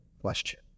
question